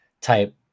type